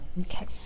okay